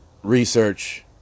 research